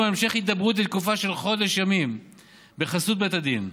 על המשך הידברות לתקופה של חודש ימים בחסות בית הדין.